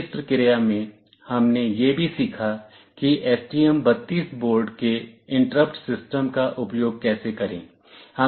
इस प्रक्रिया में हमने यह भी सीखा कि STM32 बोर्ड के इंटरप्ट सिस्टम का उपयोग कैसे करें